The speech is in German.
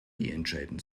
entscheiden